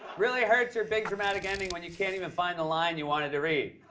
really hurts your big, dramatic ending when you can't even find the line you wanted to read.